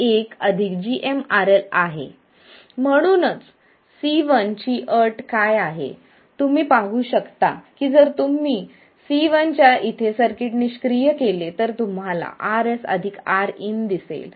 म्हणून C1 ची अट काय आहे तुम्ही पाहू शकता की जर तुम्ही C1 च्या इथे सर्किट निष्क्रिय केले तर तुम्हाला Rs अधिक Rin दिसेल